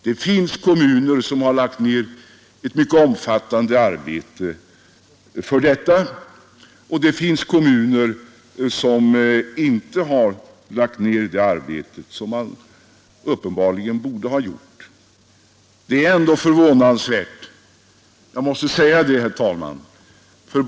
Det finns kommuner som lagt ned ett mycket omfattande arbete för detta, och det finns kommuner som inte har lagt ned det arbete som de uppenbarligen borde ha gjort. Detta är ändå förvånande — jag måste säga det, herr talman.